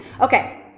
Okay